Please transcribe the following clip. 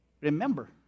remember